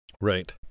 right